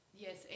Yes